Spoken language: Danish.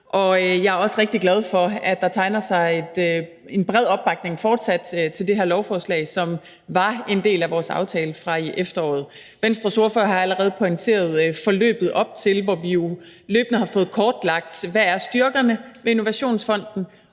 og jeg er også rigtig glad for, at der fortsat tegner sig til at være en bred opbakning til det her lovforslag, som var en del af vores aftale fra i efteråret. Venstres ordfører har allerede pointeret forløbet op til det, hvor vi jo løbende har fået kortlagt, hvad styrkerne er ved Innovationsfonden,